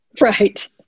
Right